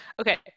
okay